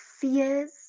fears